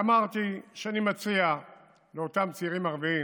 ואמרתי שאני מציע לאותם צעירים ערבים